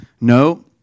no